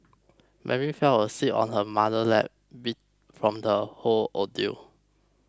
Mary fell asleep on her mother's lap beat from the whole ordeal